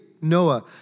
Noah